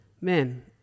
man